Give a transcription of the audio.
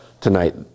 tonight